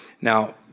Now